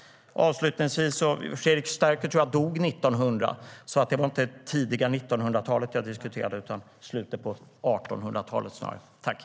Avslutningsvis: Jag tror att Fredrik Sterky dog 1900, så det var inte det tidiga 1900-talet jag diskuterade utan snarare slutet av 1800-talet.